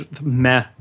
meh